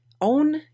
own